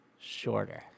shorter